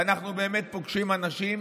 ואנחנו באמת פוגשים אנשים